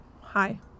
Hi